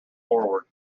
forward